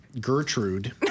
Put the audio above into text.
Gertrude